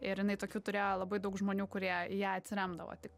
ir jinai tokių turėjo labai daug žmonių kurie į ją atsiremdavo tik